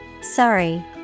Sorry